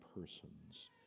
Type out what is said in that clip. persons